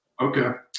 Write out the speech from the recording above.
Okay